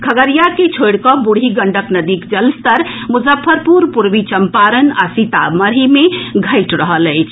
खगड़िया के छोड़ि कऽ बूढ़ी गंडक नदीक जलस्तर मुजफ्फरपुर पूर्वी चम्पारण आ सीतामढ़ी मे घटि रहल अछि